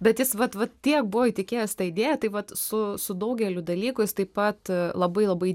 bet jis vat vat tiek buvo įtikėjęs ta idėja tai vat su su daugeliu dalykų jis taip pat labai labai